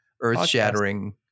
earth-shattering